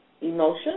Emotion